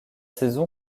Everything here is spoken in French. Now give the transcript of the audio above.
saison